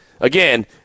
again